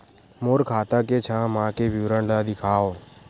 मोर खाता के छः माह के विवरण ल दिखाव?